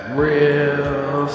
real